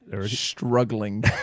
Struggling